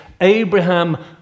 Abraham